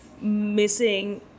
missing